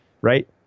Right